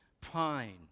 pine